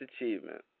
achievement